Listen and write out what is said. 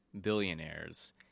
billionaires